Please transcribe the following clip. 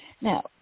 Now